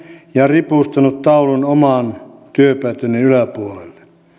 ja ripustanut taulun oman työpöytäni yläpuolelle